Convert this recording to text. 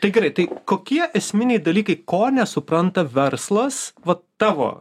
tai geraitai kokie esminiai dalykai ko nesupranta verslas vat tavo